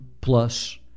plus